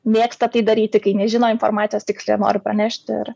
mėgsta tai daryti kai nežino informacijos tiksliai nori pranešti ir